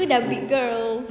aku dah big girl